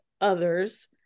others